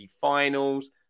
finals